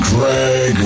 Greg